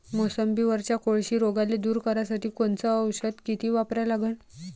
मोसंबीवरच्या कोळशी रोगाले दूर करासाठी कोनचं औषध किती वापरा लागन?